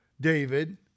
David